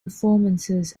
performances